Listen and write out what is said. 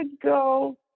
go